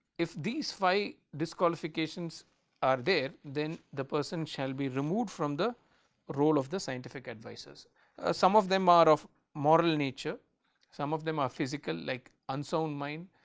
if these five disqualifications are there then the person shall be removed from the role of the scientific advises some of them are of moral nature some of them are physical like unsound unsound mind